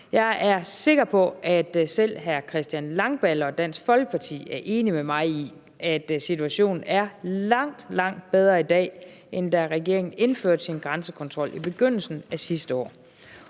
Jeg er sikker på, at selv hr. Christian Langballe og Dansk Folkeparti er enig med mig i, at situationen er langt, langt bedre i dag, end da regeringen indførte sin grænsekontrol i begyndelsen af sidste år.